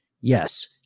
Yes